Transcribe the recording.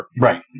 Right